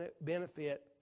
benefit